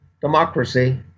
democracy